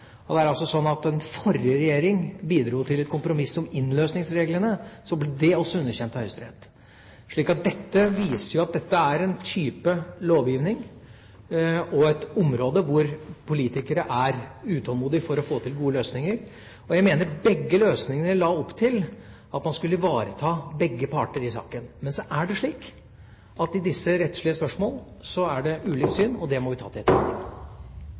Det er altså slik at da den forrige regjeringa bidro til et kompromiss om innløsningsreglene, ble det også underkjent av Høyesterett. Så dette viser at det er en type lovgivning og et område hvor politikere er utålmodige for å få til gode løsninger. Jeg mener begge løsningene la opp til at man skulle ivareta begge parter i saken. Men så er det slik at i disse rettslige spørsmålene er det ulikt syn. Det må vi ta til